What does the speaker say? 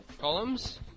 Columns